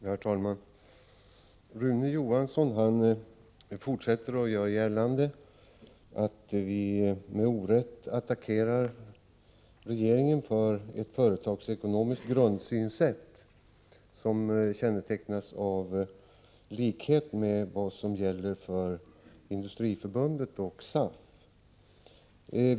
Herr talman! Rune Johansson fortsätter att göra gällande att vi med orätt attackerar regeringen för ett företagsekonomiskt grundsynsätt som kännetecknas av likhet med vad som gäller för Industriförbundet och SAF.